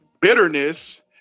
bitterness